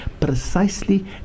precisely